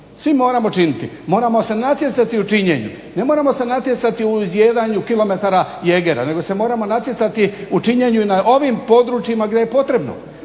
svi moramo činiti, moramo se natjecati u činjenju. Ne moramo se natjecati u izjedanju kilometara jegera nego se moramo natjecati u činjenju na ovim područjima gdje je potrebno.